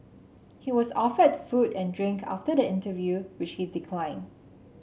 he was offered food and drink after the interview which he declined